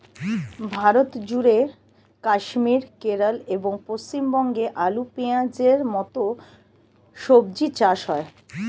ভারতজুড়ে কাশ্মীর, কেরল এবং পশ্চিমবঙ্গে আলু, পেঁয়াজের মতো সবজি চাষ হয়